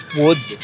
wood